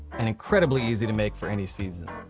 and incredibly easy to make for any season.